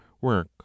work